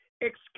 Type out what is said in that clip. Excuse